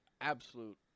absolute